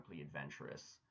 adventurous